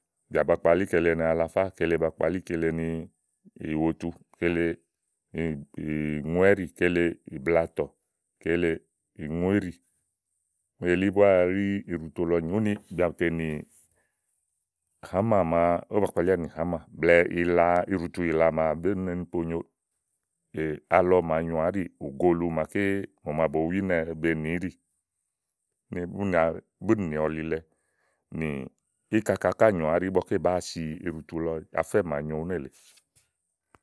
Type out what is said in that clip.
Bìà ba kpalí kele ni alafá, kele ba kpalí kele ni ìwotu kele ìŋúɛ́ɖì, kele, ìblatɔ, kele, ìŋúéɖì elí búá ɛɖí íɖì lɔ nyi úni bìà bù tè nì hàá mà màa ówó ba kpalíà ni hàá mà blɛ̀ɛ ila, iɖutuìta màa bú nèé ni ponyo ni alɔ màa nyoà à áɖì ùgo ulu màaké mò màa bo wuínɛ̀ be nìíɖì uni buni nyo aɖu búni nì ɔlilɛ nì íkaka ká nyòoà áɖi ígbɔ ké bàá si iɖutu lɔ afɛ́ màa nyo nélèe.